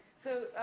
so,